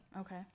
Okay